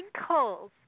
sinkholes